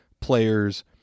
players